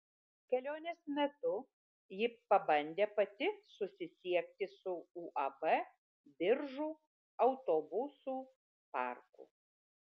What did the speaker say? kelionės metu ji pabandė pati susisiekti su uab biržų autobusų parku